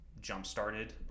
jump-started